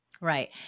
Right